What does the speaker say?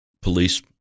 police